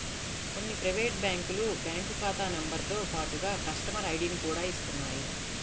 కొన్ని ప్రైవేటు బ్యాంకులు బ్యాంకు ఖాతా నెంబరుతో పాటుగా కస్టమర్ ఐడిని కూడా ఇస్తున్నాయి